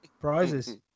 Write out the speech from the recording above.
Prizes